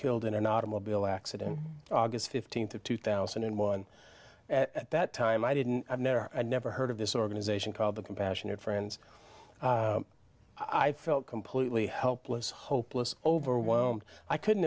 killed in an automobile accident august th of two thousand and one at that time i didn't know her and never heard of this organization called the compassionate friends i felt completely helpless hopeless overwhelmed i couldn't